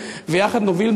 ויחד נוביל,